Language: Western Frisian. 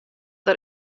der